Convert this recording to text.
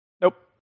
Nope